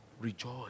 Rejoice